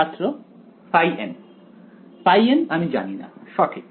ছাত্র n n আমি জানিনা সঠিক